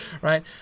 right